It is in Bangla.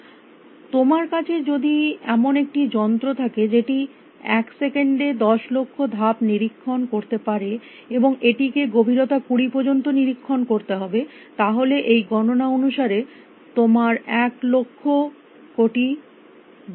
তোমার কাছে যদি এমন একটি যন্ত্র থাকে যেটি এক সেকেন্ডে দশ লক্ষ্য ধাপ নিরীক্ষণ করতে পারে এবং এটিকে গভীরতা 20 পর্যন্ত নিরীক্ষণ করতে হবে তাহলে এই গণনা অনুসারে তোমার এক লক্ষ্য কোটি বছর লাগবে